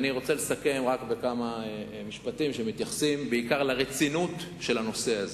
אני רוצה לסכם בכמה משפטים שמתייחסים בעיקר לרצינות של הנושא הזה.